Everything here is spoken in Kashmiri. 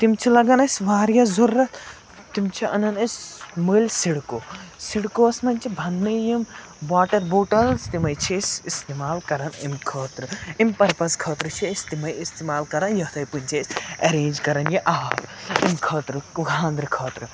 تِم چھِ لَگان اَسہِ واریاہ ضوٚرَتھ تِم چھِ اَنان أسۍ مٔلۍ سِڈکو سِڈکووَس منٛز چھِ بَنٛنٕے یِم واٹَر بوٹَلٕز تِمَے چھِ أسۍ اِستعمال کَران اَمہِ خٲطرٕ اَمہِ پٔرپَز خٲطرٕ چھِ أسۍ تِمَے اِستعمال کَران یِتھَے پٲٹھۍ چھِ أسۍ اٮ۪رینٛج کَران یہِ آب خانٛدرٕ خٲطرٕ